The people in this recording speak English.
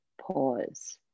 pause